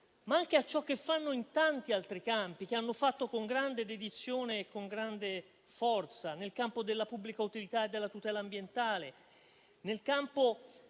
ma anche per ciò che fanno in tanti altri campi, che hanno fatto con grande dedizione e forza nel campo della pubblica utilità e della tutela ambientale, nel campo